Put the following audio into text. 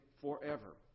forever